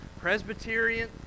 Presbyterian